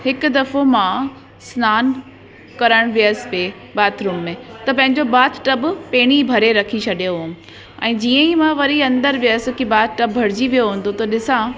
हिकु दफ़ो मां सनानु करण वियसि बाथरूम में त पंहिंजो बाथटब पहिरीं भरी रखी छॾियो ऐं जीअं ई मां वरी अंदरि वियसि कि बाथटब भरिजी वियो हूंदो त ॾिसां